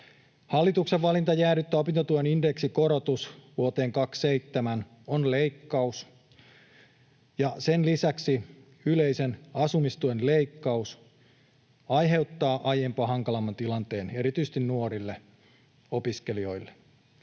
Hallituksen valinta jäädyttää opintotuen indeksikorotus vuoteen 27 on leikkaus, ja sen lisäksi yleisen asumistuen leikkaus aiheuttaa aiempaa hankalamman tilanteen erityisesti nuorille opiskelijoille